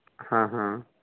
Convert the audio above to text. ਹਾਂ ਹਾਂ